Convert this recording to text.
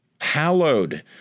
hallowed